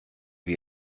wir